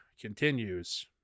continues